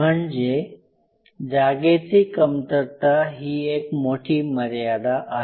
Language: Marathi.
म्हणजे जागेची कमतरता ही एक मोठी मर्यादा आहे